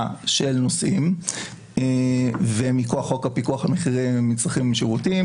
של נושאים ומכוח חוק הפיקוח על מצרכים ושירותים,